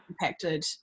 impacted